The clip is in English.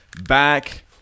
back